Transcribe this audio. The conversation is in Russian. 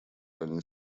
они